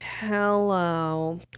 Hello